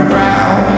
brown